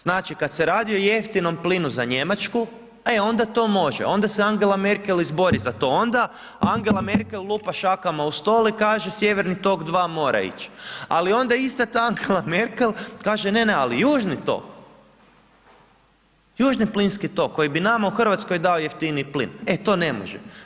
Znači kad se radi o jeftinom plinu za Njemačku, e onda to može, onda se Angela Merkel izbori za to, onda Angela Merkel lupa šakama o stol i kaže Sjeverni tok II mora ić ali onda ista ta Angela Merkel kaže ne, ne, ali Južni tok, južni plinski tok koji bi nama u Hrvatskoj dao jeftiniji plin, e to ne može.